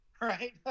Right